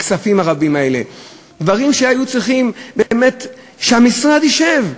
הכספים הרבים האלה, דברים שהיו צריכים שהמשרד ישב.